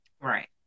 Right